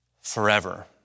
forever